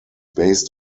based